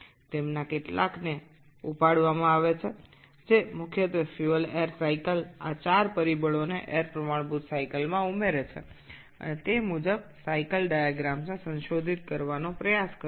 এর মধ্যে কয়েকটি প্রাথমিকভাবে তোলা হয় এয়ার স্ট্যান্ডার্ড চক্র এই চারটি উপাদান যুক্ত করে ফুয়েল এয়ার চক্রে এবং সেই অনুসারে চক্রের চিত্রগুলি সংশোধন করার চেষ্টা করে